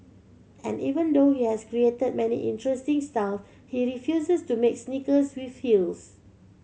and even though he has created many interesting style he refuses to make sneakers with heels